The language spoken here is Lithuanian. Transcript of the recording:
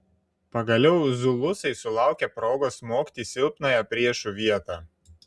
pagaliau zulusai sulaukė progos smogti į silpnąją priešų vietą